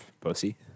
Pussy